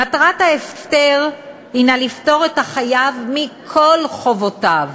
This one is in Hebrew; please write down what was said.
מטרת ההפטר היא לפטור את החייב מכל חובותיו,